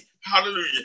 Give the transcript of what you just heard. Hallelujah